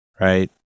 right